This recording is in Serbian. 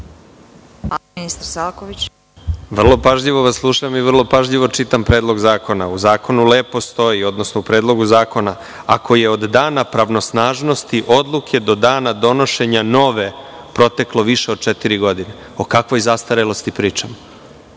**Nikola Selaković** Vrlo pažljivo vas slušam i vrlo pažljivo čitam Predlog zakona. U Predlogu zakona lepo stoji - ako je od dana pravnosnažnosti odluke do dana donošenja nove proteklo više od četiri godine. O kakvoj zastarelostipričamo?